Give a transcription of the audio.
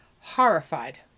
horrified